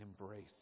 Embrace